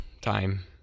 time